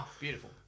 Beautiful